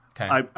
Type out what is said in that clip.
Okay